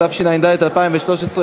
התשע"ד 2013,